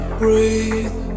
breathe